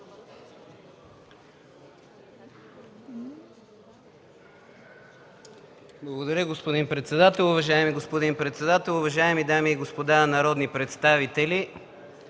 Благодаря, господин председател. Уважаеми господин председател, уважаеми дами и господа народни представители!